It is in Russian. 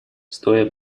стоя